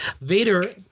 Vader